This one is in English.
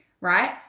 right